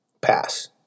Pass